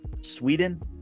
Sweden